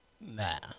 Nah